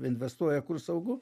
investuoja kur saugu